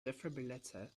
defibrillator